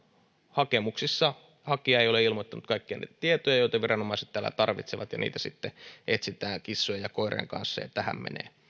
hakemuksessa hakija ei ole ilmoittanut kaikkia niitä tietoja joita viranomaiset täällä tarvitsevat niitä sitten etsitään kissojen ja koirien kanssa ja tähän menee